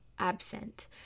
absent